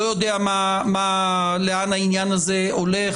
לא יודע לאן העניין הזה הולך,